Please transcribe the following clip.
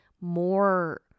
more